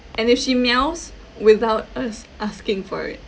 and if she meows without us asking for it